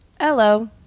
hello